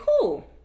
cool